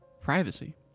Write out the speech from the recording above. Privacy